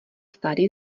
starý